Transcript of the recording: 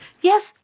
Yes